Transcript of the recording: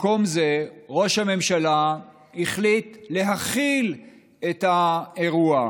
במקום זה ראש הממשלה החליט להכיל את האירוע,